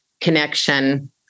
connection